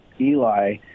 Eli